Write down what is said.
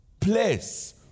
place